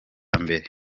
mbere